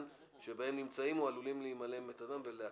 שבהם נמצאים או עלולים ל...ולעקלם,